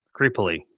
creepily